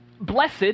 Blessed